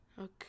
Okay